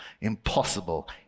impossible